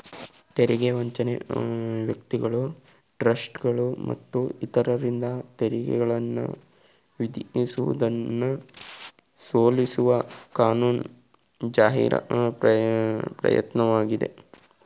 ತೆರಿಗೆ ವಂಚನೆ ವ್ಯಕ್ತಿಗಳು ಟ್ರಸ್ಟ್ಗಳು ಮತ್ತು ಇತರರಿಂದ ತೆರಿಗೆಗಳನ್ನ ವಿಧಿಸುವುದನ್ನ ಸೋಲಿಸುವ ಕಾನೂನು ಬಾಹಿರ ಪ್ರಯತ್ನವಾಗಿದೆ